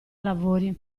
lavori